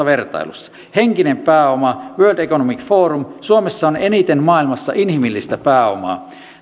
vertailussa henkinen pääoma world economic forum suomessa on eniten maailmassa inhimillistä pääomaa